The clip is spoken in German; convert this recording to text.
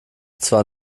zwar